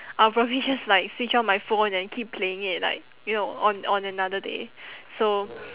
I'll probably just like switch on my phone and keep playing it like you know on on another day so